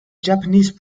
japanese